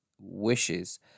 wishes